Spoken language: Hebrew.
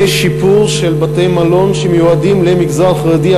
בשיפור של בתי-מלון שמיועדים למגזר החרדי,